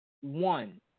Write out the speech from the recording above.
one